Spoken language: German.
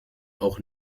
auch